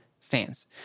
fans